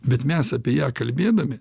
bet mes apie ją kalbėdami